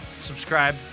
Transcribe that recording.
subscribe